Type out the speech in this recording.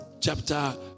chapter